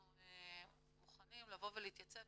אנחנו מוכנים לבוא ולהתייצב,